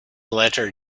letter